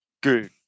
good